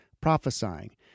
prophesying